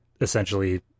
essentially